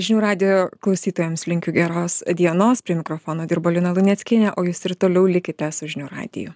žinių radijo klausytojams linkiu geros dienos prie mikrofono dirbo lina luneckienė o jūs ir toliau likite su žinių radiju